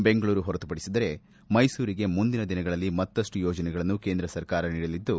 ಬೆಂಗಳೂರು ಹೊರತುಪಡಿಸಿದರೆ ಮೈಸೂರಿಗೆ ಮುಂದಿನ ದಿನಗಳಲ್ಲಿ ಮತ್ತಷ್ಟು ಯೋಜನೆಗಳನ್ನು ಕೇಂದ್ರ ಸರ್ಕಾರ ನೀಡಲಿದ್ದು